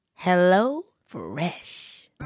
HelloFresh